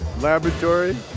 laboratory